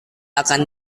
akan